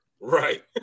Right